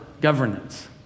governance